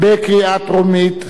בקריאה טרומית.